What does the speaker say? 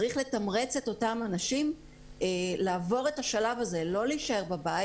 צריך לתמרץ את אותם אנשים לעבור את השלב הזה ולא להישאר בבית.